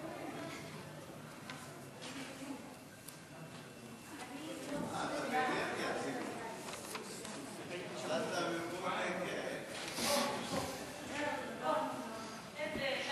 אני